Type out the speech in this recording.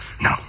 No